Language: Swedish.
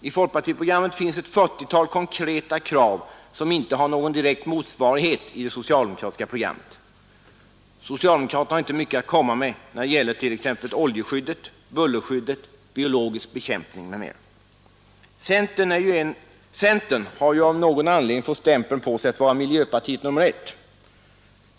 I folkpartiprogrammet finns ett fyrtiotal konkreta krav som inte har någon direkt motsvarighet i det socialdemokratiska programmet. Socialdemokraterna har inte mycket att komma med när det gäller t.ex. oljeskyddet, bullerskyddet och biologisk bekämpning. Centern har ju av någon anledning fått stämpeln på sig att vara ljöpartiet nummer ett.